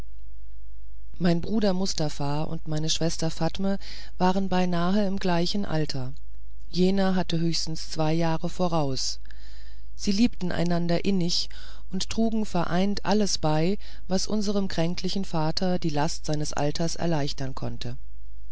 mein bruder mustafa und meine schwester fatme waren beinahe in gleichem alter jener hatte höchstens zwei jahre voraus sie liebten einander innig und trugen vereint alles bei was unserem kränklichen vater die last seines alters erleichtern konnte